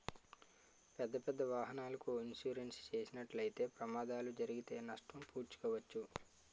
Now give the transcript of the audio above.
పెద్దపెద్ద వాహనాలకు ఇన్సూరెన్స్ చేసినట్లయితే ప్రమాదాలు జరిగితే నష్టం పూడ్చుకోవచ్చు